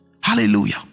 Hallelujah